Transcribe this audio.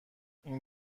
این